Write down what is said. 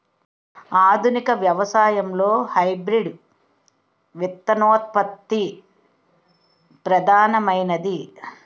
ఆధునిక వ్యవసాయంలో హైబ్రిడ్ విత్తనోత్పత్తి ప్రధానమైనది